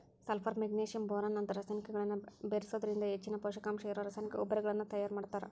sulphur magnesium boron ನಂತ ರಸಾಯನಿಕಗಳನ್ನ ಬೇರಿಸೋದ್ರಿಂದ ಹೆಚ್ಚಿನ ಪೂಷಕಾಂಶ ಇರೋ ರಾಸಾಯನಿಕ ಗೊಬ್ಬರಗಳನ್ನ ತಯಾರ್ ಮಾಡ್ತಾರ